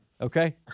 okay